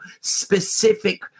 specific